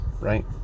right